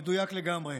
מדויק לגמרי.